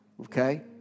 Okay